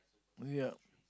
yup